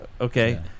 okay